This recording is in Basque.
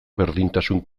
berdintasun